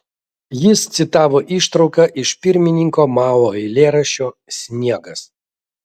jis citavo ištrauką iš pirmininko mao eilėraščio sniegas